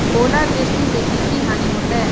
ओलावृष्टि से की की हानि होतै?